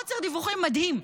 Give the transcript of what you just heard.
עוצר דיווחים מדהים.